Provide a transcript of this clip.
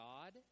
God